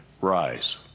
rise